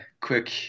quick